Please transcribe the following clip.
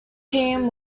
team